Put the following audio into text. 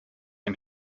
dem